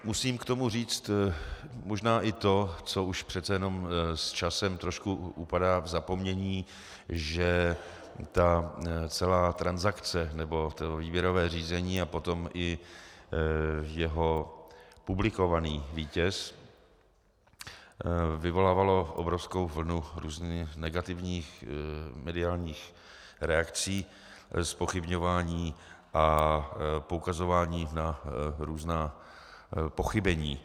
Musím k tomu říct možná i to, co už přece jenom s časem trošku upadá v zapomnění, že celá transakce nebo výběrové řízení a potom i jeho publikovaný vítěz vyvolávalo obrovskou vlnu různých negativních mediálních reakcí, zpochybňování a poukazování na různá pochybení.